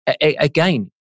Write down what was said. again